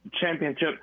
championship